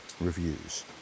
reviews